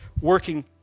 working